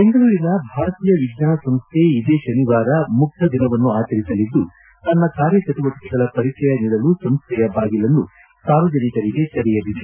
ಬೆಂಗಳೂರಿನ ಭಾರತೀಯ ವಿಜ್ಞಾನ ಸಂಸ್ಥೆ ಇದೇ ಶನಿವಾರ ಮುಕ್ತ ದಿನವನ್ನು ಆಚರಿಸಲಿದ್ದು ತನ್ನ ಕಾರ್ಯ ಚಟುವಟಿಕೆಗಳ ಪರಿಚಯ ನೀಡಲು ಸಂಸ್ಥೆಯ ಬಾಗಿಲನ್ನು ಸಾರ್ವಜನಿಕರಿಗೆ ತೆರೆಯಲಿದೆ